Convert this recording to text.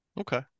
Okay